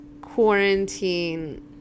quarantine